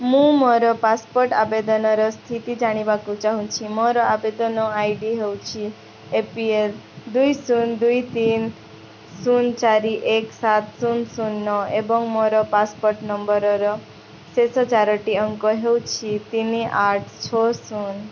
ମୁଁ ମୋର ପାସପୋର୍ଟ ଆବେଦନର ସ୍ଥିତି ଜାଣିବାକୁ ଚାହୁଁଛି ମୋର ଆବେଦନ ଆଇ ଡ଼ି ହେଉଛି ଏ ପି ଏଲ୍ ଦୁଇ ଶୂନ ଦୁଇ ତିନି ଶୂନ ଚାରି ଏକ ସାତ ଶୂନ ଶୂନ ନଅ ଏବଂ ମୋର ପାସପୋର୍ଟ ନମ୍ବରର ଶେଷ ଚାରୋଟି ଅଙ୍କ ହେଉଛି ତିନି ଆଠ ଛଅ ଶୂନ